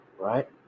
right